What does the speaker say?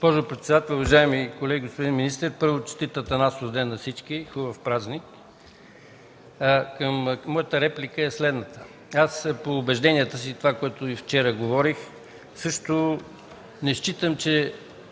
Госпожо председател, уважаеми колеги, господин министър, първо, честит Атанасов ден на всички, хубав празник! Моята реплика е следната. По убеждението си и това, което говорих вчера, също не считам, че